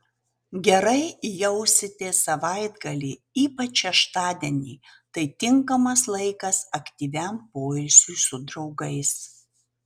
gerai jausitės savaitgalį ypač šeštadienį tai tinkamas laikas aktyviam poilsiui su draugais